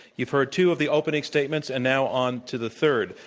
you've heard two of the opening statements, and now on to the third.